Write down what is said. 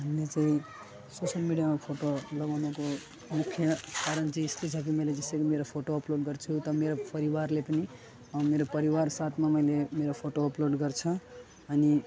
हामीले चाहिँ सोसियल मिडियामा फोटो लगाउनुको मुख्य कारण चाहिँ यस्तै छ कि मैले जसरी मेरो फोटो अपलोड गर्छु त मेरो परिवारले पनि मेरो परिवार साथमा मैले मेरो फोटो अपलोड गर्छु अनि